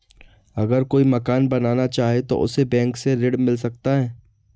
अगर कोई मकान बनाना चाहे तो उसे बैंक से ऋण मिल सकता है?